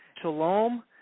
Shalom